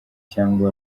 cyangwa